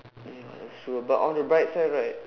ya not sure but on the bright side right